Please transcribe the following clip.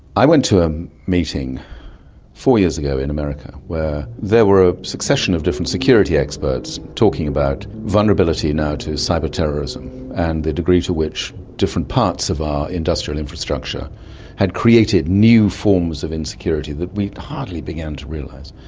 i went to a meeting four years ago in america where there were a succession of different security experts talking about vulnerability now to cyber terrorism and the degree to which different parts of our industrial infrastructure had created new forms of insecurity that we had hardly began to realise.